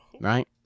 Right